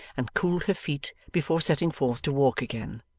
and cooled her feet before setting forth to walk again.